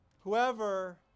whoever